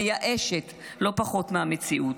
מייאשת לא פחות מהמציאות.